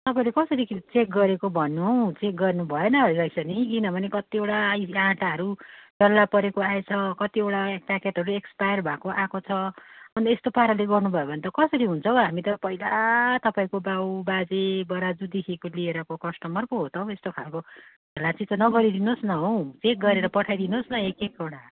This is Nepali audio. तपाईँले कसरी चेक गरेको भन्नु हौ चेक गर्नुभएन रहेछ नि किनभने कत्तिवटा आई आँटाहरू डल्ला परेको आएछ कतिवटा प्याकेटहरू एक्सपायर भएको आएको छ अनि यस्तो पाराले गर्नुभयो भने त कसरी हुन्छ हौ हामी त पहिला तपाईँको बाबुबाजे बराजुदेखिको लिएरको कस्टमर पो हो त हौ यस्तो खालको खेलाइँची त नगरिदिनु होस् न हौ चेक गरेर पठाइदिनु होस् न एक एकवटा